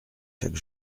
chaque